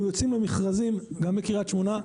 - אנחנו יוצאים במכרזים גם בקרית שמונה,